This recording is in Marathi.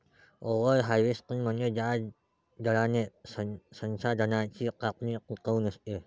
ओव्हर हार्वेस्टिंग म्हणजे ज्या दराने संसाधनांची कापणी टिकाऊ नसते